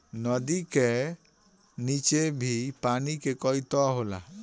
नदी का नीचे भी पानी के कई तह होला